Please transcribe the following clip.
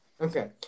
Okay